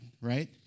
right